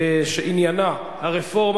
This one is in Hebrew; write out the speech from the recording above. הצרכן (תיקון, תשלום על-פי צריכה),